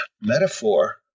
metaphor